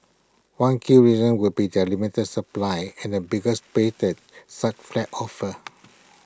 one key reason would be their limited supply and the bigger space that such flats offer